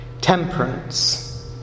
Temperance